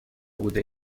بوده